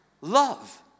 love